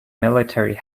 military